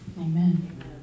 Amen